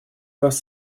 вас